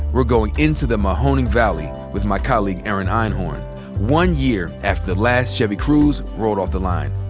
we're going into the mahoning valley with my colleague erin einhorn one year after the last chevy cruze rolled off the line.